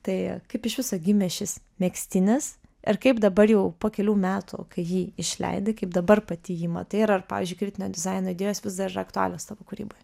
tai kaip iš viso gimė šis megztinis ir kaip dabar jau po kelių metų kai jį išleidai kaip dabar pati jį matai ir ar pavyzdžiui kritinio dizaino idėjos vis dar yra aktualios savo kūryboje